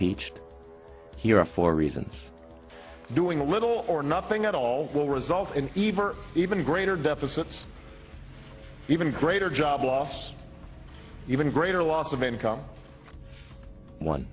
impeached here for reasons doing a little or nothing at all will result in even greater deficits even greater job loss even greater loss of income on